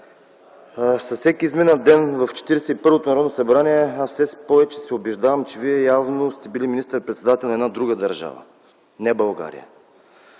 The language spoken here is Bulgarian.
ден в Четиридесет и първото Народно събрание все повече се убеждавам, че Вие явно сте били министър-председател на една друга държава, не България.